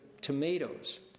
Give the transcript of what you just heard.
tomatoes